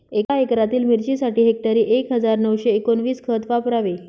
एका एकरातील मिरचीसाठी हेक्टरी एक हजार नऊशे एकोणवीस खत वापरावे